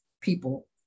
people